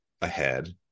ahead